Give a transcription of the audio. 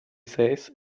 says